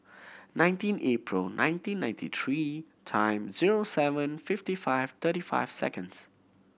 nineteen April nineteen ninety three time zero seven fifty five thirty five seconds